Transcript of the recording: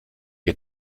ihr